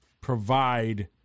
provide